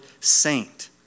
saint